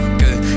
good